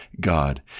God